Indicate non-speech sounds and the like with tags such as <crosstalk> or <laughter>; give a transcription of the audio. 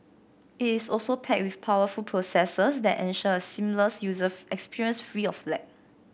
it is also packed with powerful processors that ensure a seamless user <unintelligible> experience free of lag